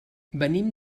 venim